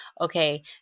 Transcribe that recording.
okay